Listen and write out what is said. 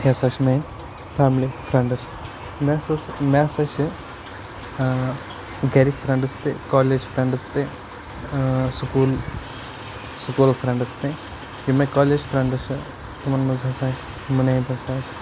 یِہ ہسا چھِ مےٚ فیملی فرینٛڈس مےٚ ہسا ٲسۍ مےٚ ہسا چھِ گرٕکۍ فرینٛڈس تہِ کالیج فرینٛڈس تہِ سکوٗلٕکۍ سکوٗل فرینٛڈس تہٕ یِم مےٚ کالیج فرینٛڈس چھِ تِمَن منز ہسا چھِ مُنیٖب ہسا چھِ